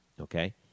Okay